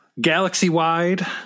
galaxy-wide